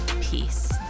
peace